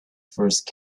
first